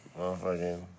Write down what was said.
motherfucking